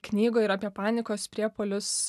knygoj ir apie panikos priepuolius